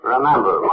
Remember